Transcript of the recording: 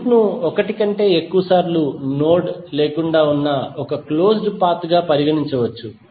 లూప్ను ఒకటి కంటే ఎక్కువసార్లు నోడ్ లేకుండా ఉన్న ఒక క్లోజ్డ్ పాత్ గా పరిగణించవచ్చు